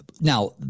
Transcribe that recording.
Now